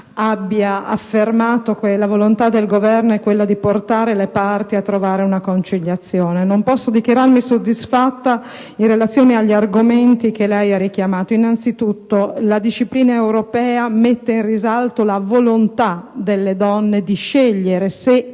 abbia affermato che la volontà del Governo è quella di portare le parti a trovare una conciliazione. Non posso dichiararmi soddisfatta in relazione agli argomenti da lei richiamati. Innanzitutto, la disciplina europea mette in risalto la volontà delle donne di scegliere se